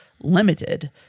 limited